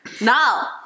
Now